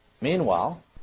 Meanwhile